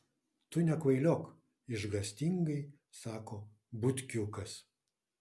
tu nekvailiok išgąstingai sako butkiukas